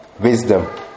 Wisdom